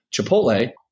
Chipotle